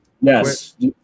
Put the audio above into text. Yes